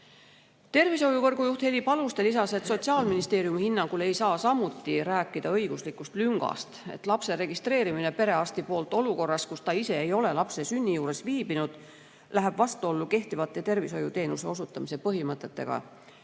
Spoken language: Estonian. Tervishoiuvõrgu juht Heli Paluste lisas, et Sotsiaalministeeriumi hinnangul ei saa samuti rääkida õiguslikust lüngast. Lapse registreerimine perearsti juures olukorras, kus arst ise ei ole lapse sünni juures viibinud, läheb vastuollu kehtivate tervishoiuteenuse osutamise põhimõtetega.